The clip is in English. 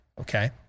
okay